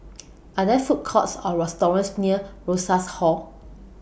Are There Food Courts Or restaurants near Rosas Hall